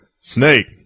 Snake